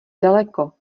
daleko